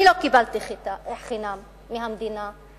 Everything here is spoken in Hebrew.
אני לא קיבלתי חינם אדמות מהמדינה.